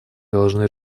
должны